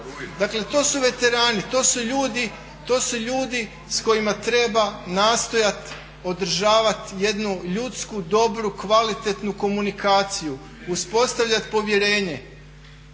Dakle, to su veterani, to su ljudi s kojima treba nastojati održavati jednu ljudsku, dobru, kvalitetnu komunikaciju, uspostavljati povjerenje.